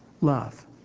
love